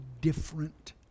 different